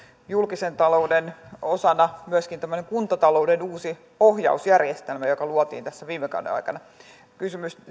julkisen talouden osana myöskin tämmöinen kuntatalouden uusi ohjausjärjestelmä joka luotiin tuossa viime kauden aikana kysymys